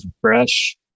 Fresh